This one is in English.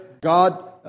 God